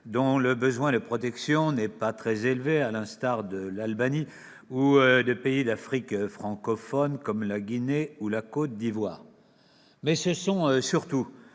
dont le besoin de protection n'est pas très élevé, à l'instar de l'Albanie ou des pays d'Afrique francophone, comme la Guinée ou la Côte d'Ivoire. Mais ce sont surtout